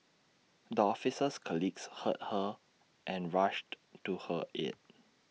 the officer's colleagues heard her and rushed to her aid